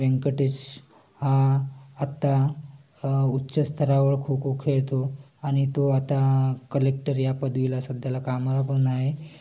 व्यंकटेश हा आता उच्च स्तरावर खो खो खेळतो आणि तो आता कलेक्टर या पदवीला सध्याला कामाला पण आहे